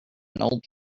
old